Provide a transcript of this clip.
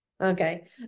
Okay